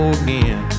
again